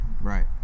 right